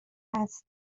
هست